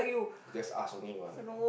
just ask only what